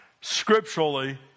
scripturally